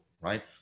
right